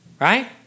right